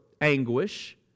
anguish